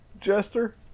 Jester